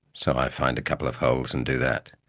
so i find a couple of holes and do that.